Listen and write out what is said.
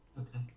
Okay